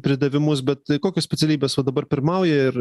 pridavimus bet kokios specialybės va dabar pirmauja ir